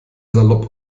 salopp